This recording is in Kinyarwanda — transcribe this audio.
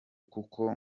kuko